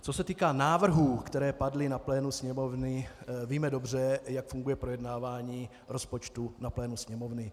Co se týká návrhů, které padly na plénu Sněmovny, víme dobře, jak funguje projednávání rozpočtu na plénu Sněmovny.